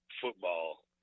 football